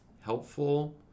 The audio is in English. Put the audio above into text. helpful